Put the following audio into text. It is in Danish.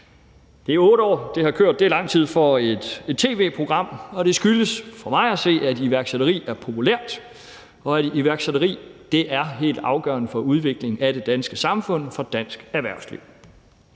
Det er 8 år, det har kørt, hvilket er lang tid for et tv-program, og det skyldes for mig at se, at iværksætteri er populært, og at iværksætteri er helt afgørende for udviklingen af det danske samfund og for dansk erhvervsliv.